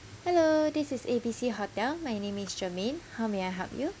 hello this is A B C hotel my name is germaine how may I help you